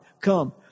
come